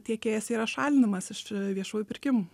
tiekėjas yra šalinamas iš viešųjų pirkimų